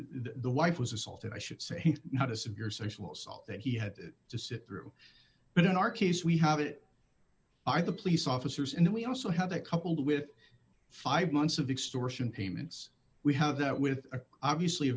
the wife was assaulted i should say not a severe social salt that he had to sit through but in our case we have it are the police officers and then we also have that coupled with five months of extortion payments we have that with obviously a